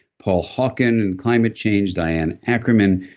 paul hawken and climate change, diane ackerman.